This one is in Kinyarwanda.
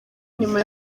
nyuma